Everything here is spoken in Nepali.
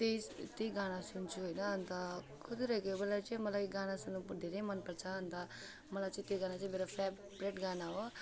त्यही त्यही गाना सुन्छु होइन अन्त कुदिरहेको बेला चाहिँ मलाई यो गाना सुन्न त धेरै मन पर्छ अन्त मलाई चाहिँ त्यो गाना चाहिँ मेरो फेभरेट गाना हो